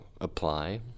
apply